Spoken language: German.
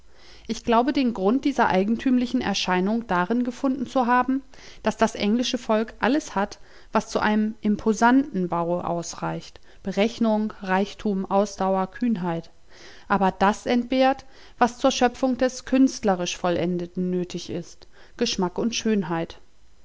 ich glaube den grund dieser eigentümlichen erscheinung darin gefunden zu haben daß das englische volk alles hat was zu einem imposanten baue ausreicht berechnung reichtum ausdauer kühnheit aber das entbehrt was zur schöpfung des künstlerisch vollendeten nötig ist geschmack und schönheit